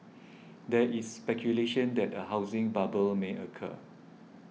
there is speculation that a housing bubble may occur